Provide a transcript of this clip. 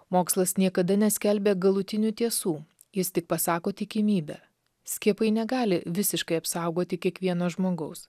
mokslas niekada neskelbia galutinių tiesų jis tik pasako tikimybę skiepai negali visiškai apsaugoti kiekvieno žmogaus